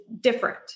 different